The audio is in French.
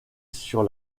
sur